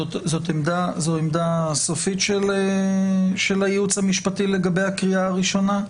זו עמדה סופית של הייעוץ המשפטי לגבי הקריאה הראשונה?